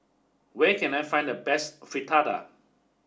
where can I find the best Fritada